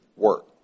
work